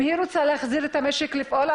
אם היא רוצה להחזיר את המשק לפעול,